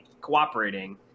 cooperating